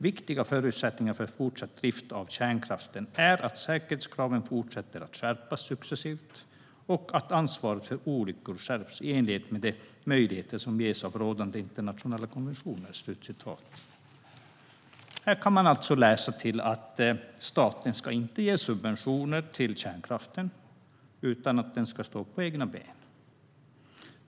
Viktiga förutsättningar för fortsatt drift av kärnkraften är att säkerhetskraven fortsätter att skärpas successivt och att ansvaret för olyckor skärps i enlighet med de möjligheter som ges av rådande internationella konventioner." Här kan vi alltså läsa att staten inte ska ge subventioner till kärnkraften utan att den ska stå på egna ben.